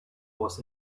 was